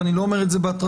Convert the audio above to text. אני לא אומר את זה בהתרסה.